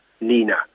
Nina